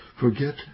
forget